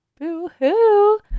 Boo-Hoo